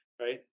Right